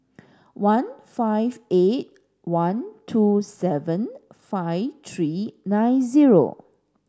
one five eight one two seven five three nine zero